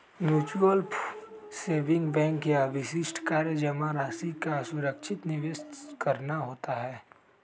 mutual saving bank का विशिष्ट कार्य जमा राशि का सुरक्षित निवेश करना होता है